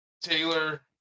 Taylor